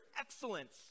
excellence